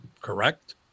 Correct